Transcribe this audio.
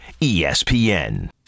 ESPN